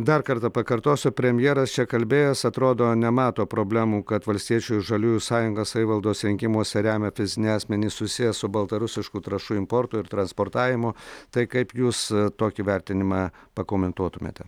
dar kartą pakartosiu premjeras čia kalbėjęs atrodo nemato problemų kad valstiečių ir žaliųjų sąjungą savivaldos rinkimuose remia fiziniai asmenys susiję su baltarusiškų trąšų importu ir transportavimu tai kaip jūs tokį vertinimą pakomentuotumėte